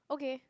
okay